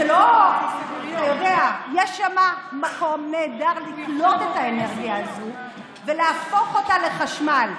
שיש שם מקום נהדר לקלוט את האנרגיה הזאת ולהפוך אותה לחשמל,